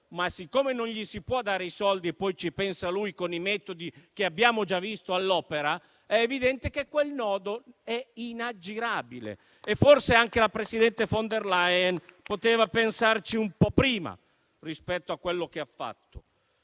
io. Siccome non gli si può dare i soldi e poi ci pensa lui con i metodi che abbiamo già visto all'opera, è evidente che quel nodo è inaggirabile. Forse anche la presidente von der Layen poteva pensarci un po' prima, con riguardo a quello che ha fatto.